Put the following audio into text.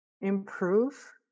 improve